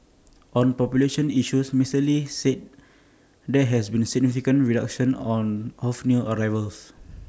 on population issues Mister lee said there has been significant reduction of new arrivals